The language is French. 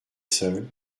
seul